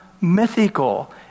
mythical